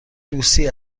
لوسی